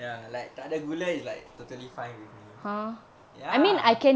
ya like takde gula is like totally fine with me ya